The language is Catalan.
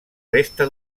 resta